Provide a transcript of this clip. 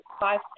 five